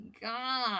God